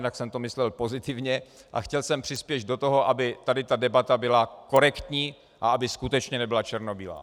Jinak jsem to myslel pozitivně a chtěl jsem přispět do toho, aby tady ta debata byla korektní a aby skutečně nebyla černobílá.